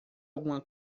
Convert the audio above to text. alguma